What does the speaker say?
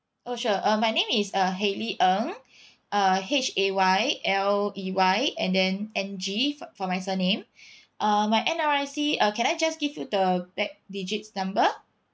oh sure uh my name is uh hayley ng uh H A Y L E Y and then N G for for my surname uh my N_R_I_C uh can I just give you the back digits number